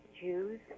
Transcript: Jews